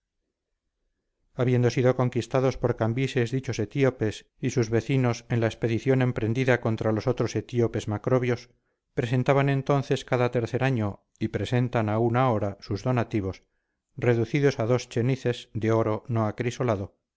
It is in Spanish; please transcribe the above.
habiendo sido conquistados por cambises dichos etíopes y sus vecinos en la expedición emprendida contra los otros etíopes macrobios presentaban entonces cada tercer año y presentan aun ahora sus donativos reducidos a dos chenices de oro no acrisolado a maderos